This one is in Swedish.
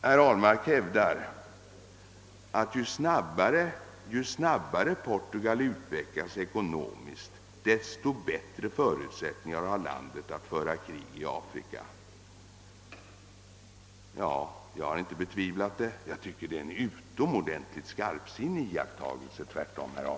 Herr Ahlmark hävdar att ju snabbare Portugal utvecklas ekonomiskt, desto bättre förutsättningar har landet att föra krig i Afrika. Jag har som sagt inte betvivlat det. Jag tycker tvärtom att det är en utomordentligt skarpsinnig iakttagelse, herr Ahlmark.